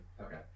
Okay